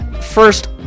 First